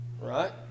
right